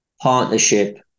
partnership